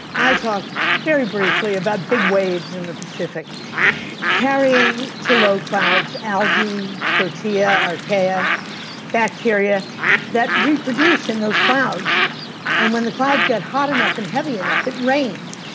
i talk very briefly about big waves in the pacific carrying to low clouds algae, proteo, ah archaebacteria that reproduce in those clouds and when the clouds get hot enough and heavy enough, it rains.